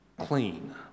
clean